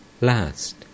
Last